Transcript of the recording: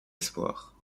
espoirs